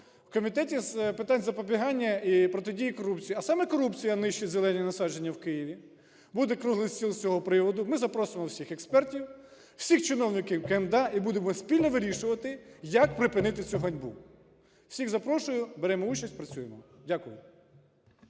в Комітеті з питань запобігання і протидії корупції, а саме корупція нищить зелені насадження в Києві, буде круглий стіл з цього приводу. Ми запросимо всіх експертів, всіх чиновників КМДА і будемо спільно вирішувати, як припинити цю ганьбу. Всіх запрошую, беремо участь, працюємо. Дякую.